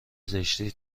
زشتی